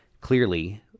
Clearly